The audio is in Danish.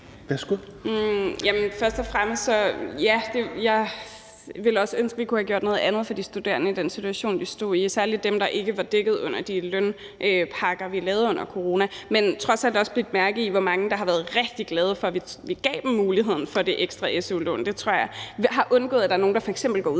ville også ønske, vi kunne have gjort noget andet for de studerende i den situation, de stod i, og særlig dem, der ikke var dækket under de lønpakker, vi lavede under corona. Men jeg har trods alt også bidt mærke i, hvor mange der har været rigtig glade for, at vi gav dem muligheden for det ekstra su-lån. Det tror jeg har forhindret, at der er nogle, der f.eks. går ud